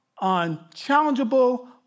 unchallengeable